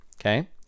okay